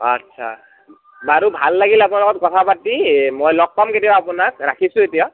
আচ্ছা বাৰু ভাল লাগিল আপোনাৰ লগত কথা পাতি মই লগ পাম কেতিয়াবা আপোনাক ৰাখিছোঁ এতিয়া